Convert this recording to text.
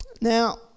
Now